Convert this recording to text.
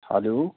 hello